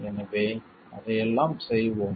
எனவே அதையெல்லாம் செய்வோம்